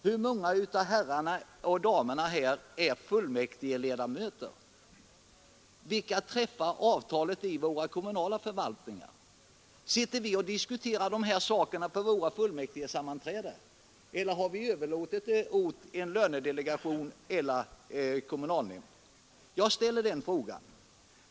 Hur många av herrarna och damerna är fullmäktigeledamöter? Vilka träffar avtal i våra kommunala förvaltningar? Sitter vi och diskuterar de här sakerna på våra fullmäktigesammanträden, eller har vi överlåtit det åt en lönedelegation eller kommunalnämnd? Jag ställer den frågan.